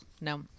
no